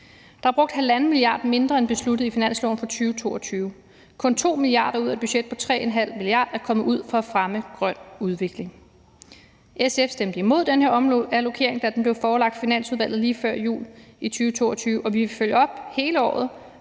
Der er brugt 1,5 mia. kr. mindre end besluttet i finansloven for 2022. Kun 2 mia. kr. ud af et budget på 3,5 mia. kr. er kommet ud for at fremme grøn udvikling. SF stemte imod den her omallokering, da den blev forelagt Finansudvalget lige før jul i 2022, og vi vil hele året